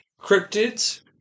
cryptids